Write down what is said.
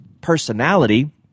personality